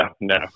no